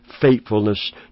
faithfulness